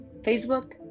Facebook